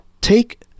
take